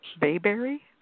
bayberry